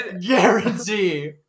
Guarantee